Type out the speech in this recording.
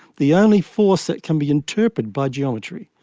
the only force that can be interpreted by geometry.